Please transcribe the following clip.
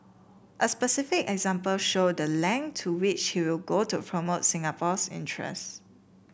a specific example showed the length to which he will go to promote Singapore's interest